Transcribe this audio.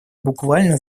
буквально